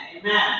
Amen